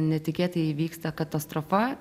netikėtai įvyksta katastrofa